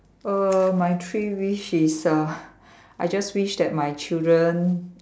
err my three wish is uh I just wish that my children